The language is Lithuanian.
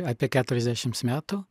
apie keturiasdešimt metų